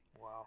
Wow